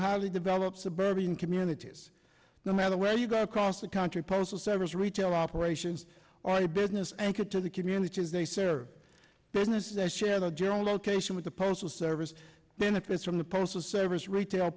highly developed suburban communities no matter where you go across the country postal service retail operations or any business and get to the communities they serve business their share the general location with the postal service benefits from the postal service retail